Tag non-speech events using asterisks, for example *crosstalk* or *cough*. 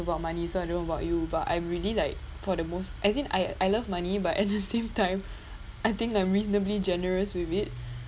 about money so I don't know about you but I'm really like for the most as in I I love money but at the *laughs* same time I think I'm reasonably generous with it